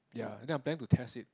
ya then I'm planning to test it